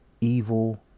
evil